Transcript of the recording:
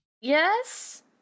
Yes